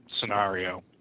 scenario